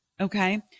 Okay